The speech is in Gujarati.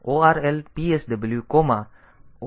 ORL PSW 0x18 કહી શકે છે